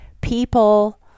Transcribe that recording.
people